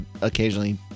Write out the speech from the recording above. occasionally